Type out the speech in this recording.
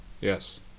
Yes